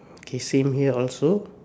okay same here also